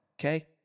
Okay